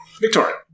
Victoria